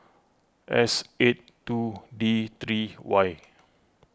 S eight two D three Y